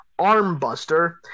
Armbuster